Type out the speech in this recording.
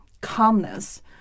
calmness